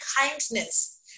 kindness